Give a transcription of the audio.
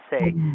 say